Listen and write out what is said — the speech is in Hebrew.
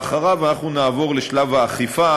ואחריו אנחנו נעבור לשלב האכיפה,